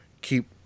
keep